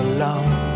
Alone